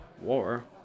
War